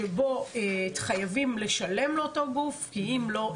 שבו חייבים לשלם לאותו גוף כי אם לא,